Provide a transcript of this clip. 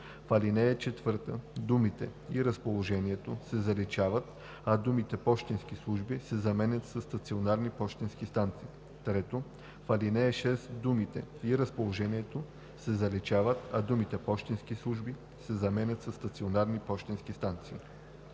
В ал. 4 думите „и разположението“ се заличават, а думите „пощенски служби“ се заменят със „стационарни пощенски станции“. 3. В ал. 6 думите „и разположението“ се заличават, а думите „пощенски служби“ се заменят със „стационарни пощенски станции“.“